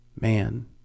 man